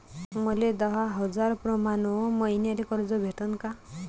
मले दहा हजार प्रमाण मईन्याले कर्ज भेटन का?